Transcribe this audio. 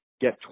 get